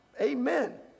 Amen